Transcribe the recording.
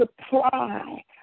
supply